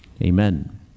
amen